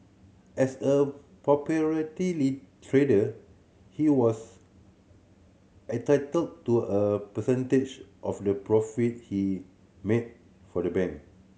as a trader he was entitled to a percentage of the profit he made for the bank